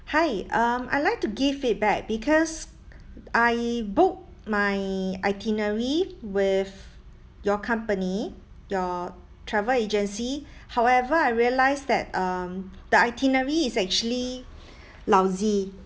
hi um I'd like to give feedback because I book my itinerary with your company your travel agency however I realise that um the itinerary is actually lousy